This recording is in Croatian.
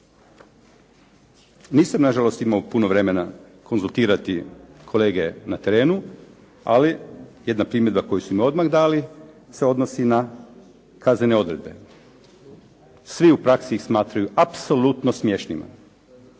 Nisam na žalost imao puno vremena konzultirati kolege na terenu, ali jedna primjedba koju su mi odmah dali se odnosi na kaznene odredbe. Svi u praksi ih smatraju apsolutno smiješnima.